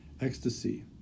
ecstasy